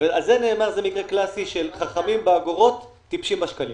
זה מקרה קלאסי של חכמים באגורות, טיפשים בשקלים.